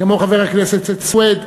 כמו חבר הכנסת סוייד,